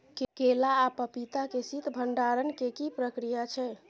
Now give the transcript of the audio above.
केला आ पपीता के शीत भंडारण के की प्रक्रिया छै?